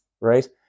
right